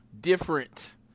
Different